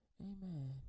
Amen